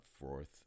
forth